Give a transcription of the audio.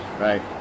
right